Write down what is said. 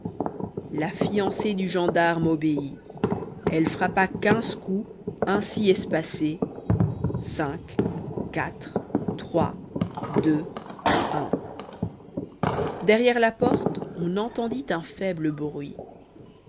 la fiancée du gendarme obéit elle frappa quinze coups ainsi espacés derrière la porte on entendit un faible bruit